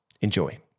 Enjoy